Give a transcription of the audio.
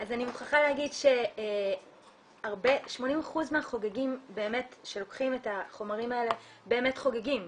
אני מוכרחה להגיד ש-80% מהחוגגים שלוקחים את החומרים האלה באמת חוגגים,